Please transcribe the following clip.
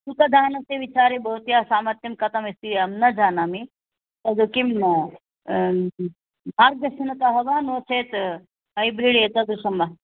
शुकदानस्य विचारे भवत्याः सामर्थ्यं कथमस्ति अहं न जानामि तद् किं मार्गदर्शनतः वा नो चेत् हैब्रिड् एतादृशं वा